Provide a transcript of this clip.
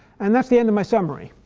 and that's the end of my summary.